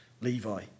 Levi